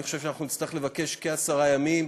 אני חושב שאנחנו נצטרך לבקש כעשרה ימים